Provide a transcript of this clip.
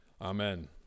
amen